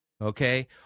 okay